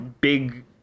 big